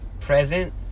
present